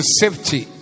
safety